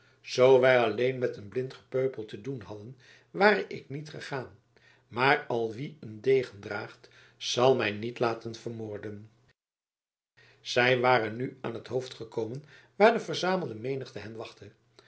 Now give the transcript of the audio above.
zoo wij alleen met een blind gepeupel te doen hadden ware ik niet gegaan maar al wie een degen draagt zal mij niet laten vermoorden zij waren nu aan het hoofd gekomen waar de verzamelde menigte hen wachtte